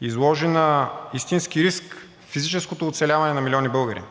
изложи на истински риск физическото оцеляване на милиони българи.